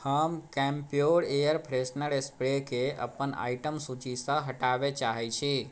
हम Campure air freshener स्प्रेके अपन आइटम सूचीसँ हटाबै चाहै छी